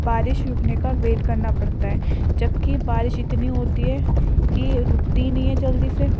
بارش رکنے کا ویٹ کرنا پڑتا ہے جب کہ بارش اتنی ہوتی ہے کہ رکتی ہی نہیں ہے جلدی سے